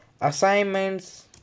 assignments